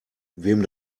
wem